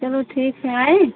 चलो ठीक है आएँ